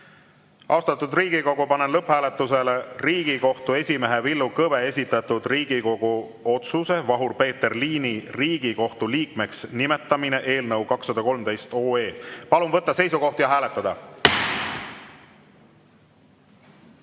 Austatud Riigikogu, panen lõpphääletusele Riigikohtu esimehe Villu Kõve esitatud Riigikogu otsuse "Vahur-Peeter Liini Riigikohtu liikmeks nimetamine" eelnõu 213. Palun võtta seisukoht ja hääletada!